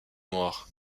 noire